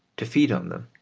to feed on them,